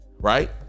right